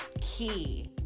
key